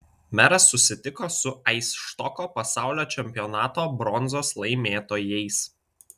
meras susitiko su aisštoko pasaulio čempionato bronzos laimėtojais